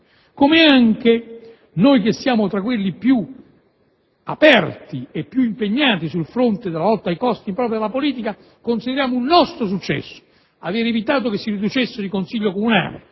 Anche noi che siamo tra quelli più aperti e più impegnati sul fronte della lotta ai costi impropri della politica consideriamo un nostro successo aver evitato che si riducesse il numero dei